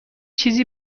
چیزی